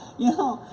you know,